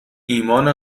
ایمان